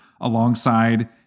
alongside